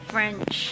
French